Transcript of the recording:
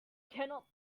cannot